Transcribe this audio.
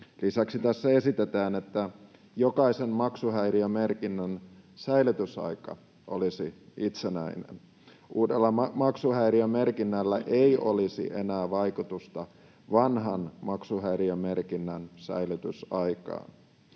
Lisäksi tässä esitetään, että jokaisen maksuhäiriömerkinnän säilytysaika olisi itsenäinen. Uudella maksuhäiriömerkinnällä ei olisi enää vaikutusta vanhan maksuhäiriömerkinnän säilytysaikaan.